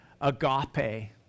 agape